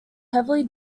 heavily